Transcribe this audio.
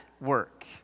work